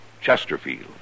Chesterfield